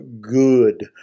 good